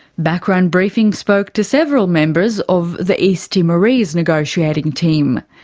background briefing spoke to several members of the east timorese negotiating team.